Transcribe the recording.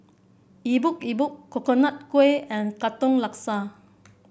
Epok Epok Coconut Kuih and Katong Laksa